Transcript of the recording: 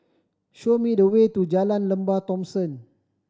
show me the way to Jalan Lembah Thomson